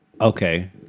Okay